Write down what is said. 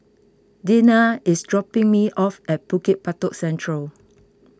Deana is dropping me off at Bukit Batok Central